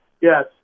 Yes